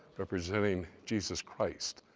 representing jesus christ,